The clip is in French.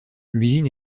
l’usine